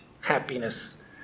happiness